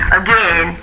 again